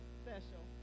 special